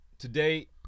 Today